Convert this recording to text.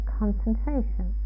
concentration